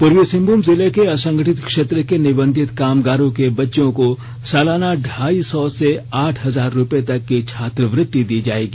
पूर्वी सिंहभूम जिले के असंगठित क्षेत्र के निबंधित कामगारों के बच्चों को सलाना ढ़ाई सौ से आठ हजार रूपये तक छात्रवृत्ति दी जायेगी